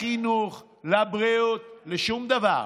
לחינוך, לבריאות, לשום דבר.